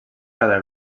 cada